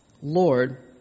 Lord